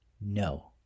No